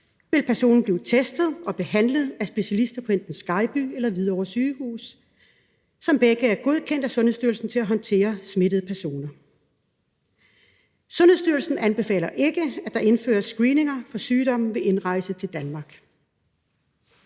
vil personen blive testet og behandlet af specialister på enten Skejby eller Hvidovre sygehuse, som begge er godkendt af Sundhedsstyrelsen til at håndtere smittede personer ... Sundhedsstyrelsen anbefaler ikke, at der indføres screeninger for sygdom ved indrejse til Danmark«.